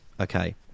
Okay